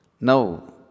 Now